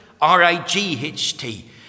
R-I-G-H-T